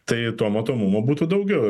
tai to matomumo būtų daugiau